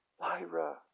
Lyra